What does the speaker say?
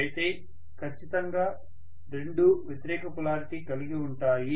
అయితే ఖచ్చితంగా రెండూ వ్యతిరేక పొలారిటీ కలిగి ఉంటాయి